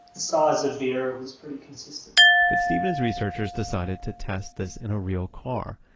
size of the error was pretty consistent but steve and his researchers decided to test this in a real car,